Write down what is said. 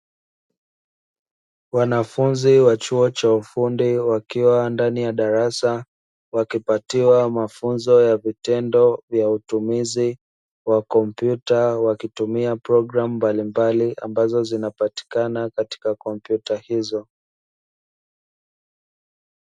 Wanafunzi wa chuo cha ufundi wakiwa ndani ya darasa, wakipatiwa mafunzo ya vitendo ya matumizi kwa kompyuta wakitumia programu mbalimbali ambazo zinapatikana katika kompyuta hizo.